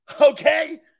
Okay